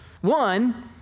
One